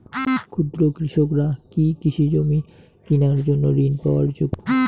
ক্ষুদ্র কৃষকরা কি কৃষিজমি কিনার জন্য ঋণ পাওয়ার যোগ্য?